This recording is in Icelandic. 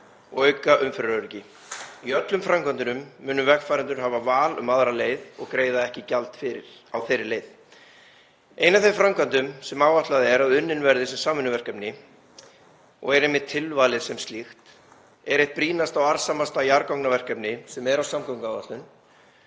og auka umferðaröryggi. Í öllum framkvæmdunum munu vegfarendur hafa val um aðra leið og ekki greiða gjald fyrir á þeirri leið. Ein af þeim framkvæmdum sem áætlað er að unnin verði sem samvinnuverkefni og er einmitt tilvalin sem slíkt, er eitt brýnasta og arðsamasta jarðgangaverkefni sem er á samgönguáætlun.